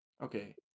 Okay